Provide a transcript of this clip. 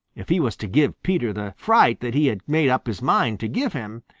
if he was to give peter the fright that he had made up his mind to give him,